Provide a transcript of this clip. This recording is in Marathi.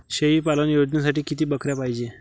शेळी पालन योजनेसाठी किती बकऱ्या पायजे?